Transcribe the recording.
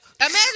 Imagine